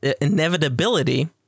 inevitability